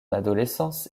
adolescence